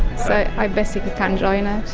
so i basically can't join ah